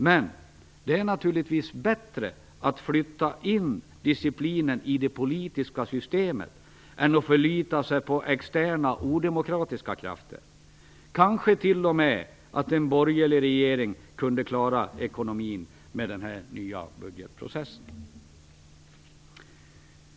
Men det är naturligtvis bättre att flytta in disciplinen i det politiska systemet än att förlita sig på externa odemokratiska krafter. Kanske skulle t.o.m. en borgerlig regering kunna klara ekonomin med den nya processen.